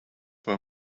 for